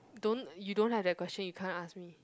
don't you don't have that question you can't ask me